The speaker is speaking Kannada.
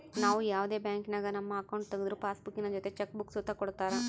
ನಾವು ಯಾವುದೇ ಬ್ಯಾಂಕಿನಾಗ ನಮ್ಮ ಅಕೌಂಟ್ ತಗುದ್ರು ಪಾಸ್ಬುಕ್ಕಿನ ಜೊತೆ ಚೆಕ್ ಬುಕ್ಕ ಸುತ ಕೊಡ್ತರ